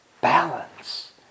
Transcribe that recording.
balance